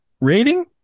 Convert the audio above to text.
rating